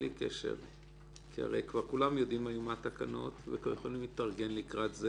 כי הרי כבר כולם יודעים היום מה התקנות וכבר יכולים להתארגן לקראתן.